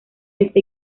este